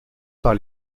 par